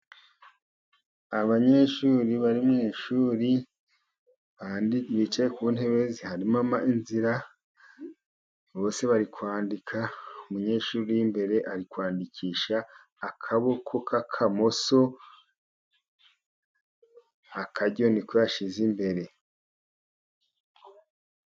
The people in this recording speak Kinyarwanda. Abanyeshuri bari mu ishuri kandi bicaye ku ntebe harimo inzira bose bari kwandika .Umunyeshuri w'imbere ari kwandikisha akaboko k'akamoso akaryo niko yashyize imbere.